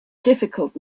difficult